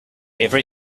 every